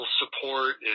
support